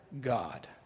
God